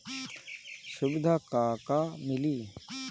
सुविधा का का मिली?